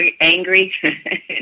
angry